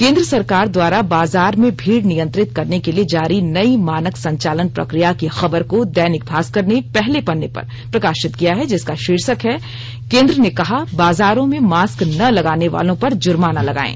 केंद्र सरकार द्वारा बाजार में भीड़ नियंत्रित करने के लिए जारी नई मानक संचालन प्रक्रिया की खबर को दैनिक भास्कर ने पहले पन्ने पर प्रकाप्रित किया है जिसका भार्शक है केंद्र ने कहा बाजारों में मास्क न लगाने वालों पर जुर्माना लगाएं